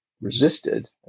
resisted